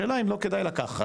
השאלה אם לא כדאי לקחת,